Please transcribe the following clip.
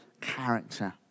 character